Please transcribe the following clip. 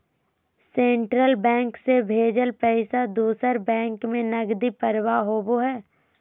central bank से भेजल पैसा दूसर बैंक में नकदी प्रवाह होबो हइ